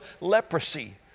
leprosy